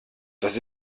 das